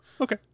Okay